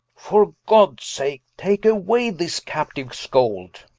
for gods sake, take away this captiue scold